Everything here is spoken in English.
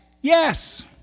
Yes